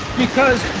because